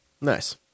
Nice